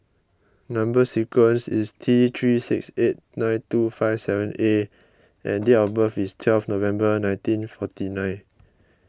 Number Sequence is T three six eight nine two five seven A and date of birth is twelve November nineteen forty nine